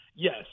Yes